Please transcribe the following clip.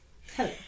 hello